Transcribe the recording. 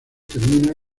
termina